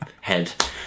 head